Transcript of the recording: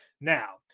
Now